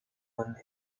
one